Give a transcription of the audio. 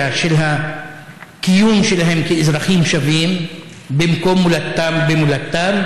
של הקיום שלהם כאזרחים שווים במקום מולדתם,